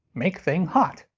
make thing hot.